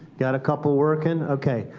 got a couple working? ok,